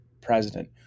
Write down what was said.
president